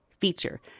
feature